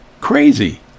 crazy